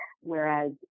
whereas